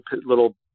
little